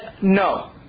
no